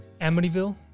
Amityville